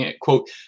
Quote